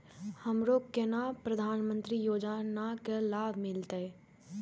हमरो केना प्रधानमंत्री योजना की लाभ मिलते?